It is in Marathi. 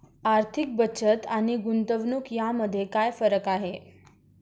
आर्थिक बचत आणि गुंतवणूक यामध्ये काय फरक आहे?